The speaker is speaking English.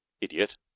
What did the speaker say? Idiot